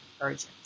urgent